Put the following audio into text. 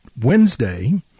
Wednesday